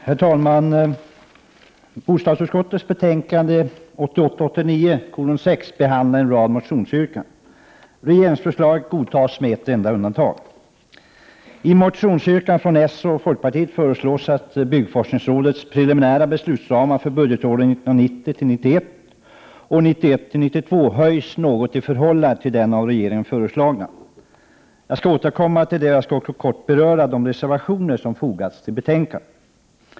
Herr talman! I bostadsutskottets betänkande 1988 91 och 1991/92 höjs något i förhållande till de av regeringen föreslagna. Jag skall återkomma till det och helt kort beröra de reservationer som fogats till betänkandet.